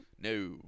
No